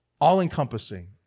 all-encompassing